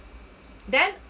then